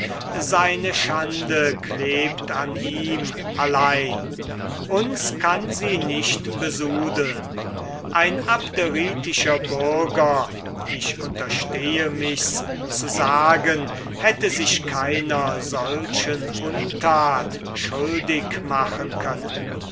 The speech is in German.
seine schande klebt an ihm allein uns kann sie nicht besudeln ein abderitischer bürger ich unterstehe michs zu sagen hätte sich keiner solchen untat schuldig machen können